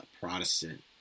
Protestant